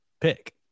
pick